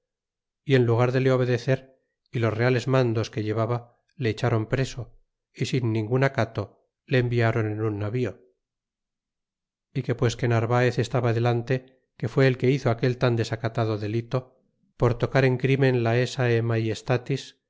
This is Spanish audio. y en lugar de le obedecer y los reales mandos que llevaba echáron preso y sin ningun acato le enviáron en un navío y que pues que narvaez estaba delante que fuó el que hizo aquel tan desacatado delito por tocar en crimen lcesce majestatis es